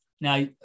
Now